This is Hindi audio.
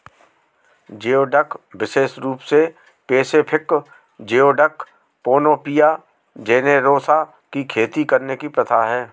जियोडक विशेष रूप से पैसिफिक जियोडक, पैनोपिया जेनेरोसा की खेती करने की प्रथा है